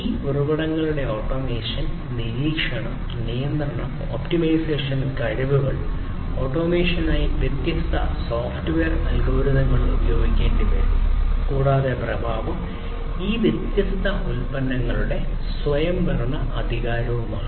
ഈ ഉറവിടങ്ങളുടെ ഓട്ടോമേഷൻ നിരീക്ഷണം നിയന്ത്രണം ഒപ്റ്റിമൈസേഷൻ കഴിവുകൾ ഓട്ടോമേഷനായി വ്യത്യസ്ത സോഫ്റ്റ്വെയർ അൽഗോരിതങ്ങൾ ഉപയോഗിക്കേണ്ടിവരും കൂടാതെ പ്രഭാവം ഈ വ്യത്യസ്ത ഉൽപ്പന്നങ്ങളുടെ സ്വയംഭരണാധികാരമാണ്